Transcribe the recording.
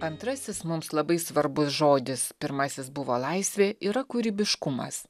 antrasis mums labai svarbus žodis pirmasis buvo laisvė yra kūrybiškumas